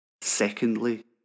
Secondly